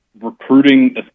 recruiting